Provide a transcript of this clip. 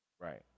right